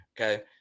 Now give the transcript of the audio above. Okay